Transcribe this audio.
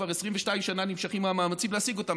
כבר 22 שנה נמשכים המאמצים להשיג אותה,